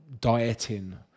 dieting